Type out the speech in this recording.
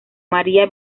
maría